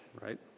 right